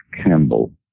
Campbell